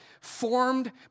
formed